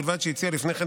ובלבד שהציע לפני כן,